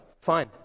Fine